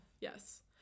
Yes